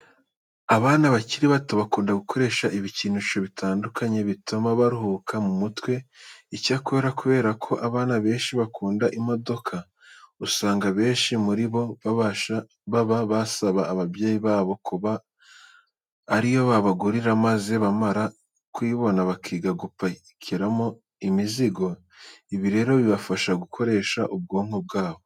Abana bakiri bato bakunda gukoresha ibikinisho bitandukanye bituma baruhuka mu mutwe. Icyakora kubera ko abana benshi bakunda imodoka, usanga abenshi muri bo baba basaba ababyeyi babo kuba ari yo babagurira maze bamara kuyibona bakiga gupakiramo imizigo. Ibi rero bibafasha gukoresha ubwonko bwabo.